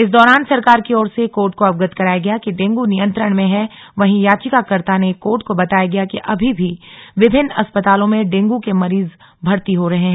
इस दौरान सरकार की ओर से कोर्ट को अवगत कराया गया कि डेंग्र नियंत्रण में है वहीं याचिकर्ता ने कोर्ट को बताया गया कि अभी भी विभिन्न अस्पतालों में डेंगू के मरीज भर्ती हो रहे है